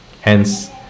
Hence